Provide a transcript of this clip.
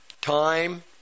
time